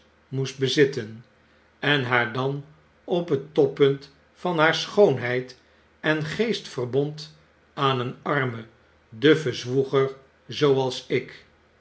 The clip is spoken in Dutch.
moest bezitten en haar dan op het toppunt van haar schoonheid en geest verbond aan een armen duffen zwoeger zooals ik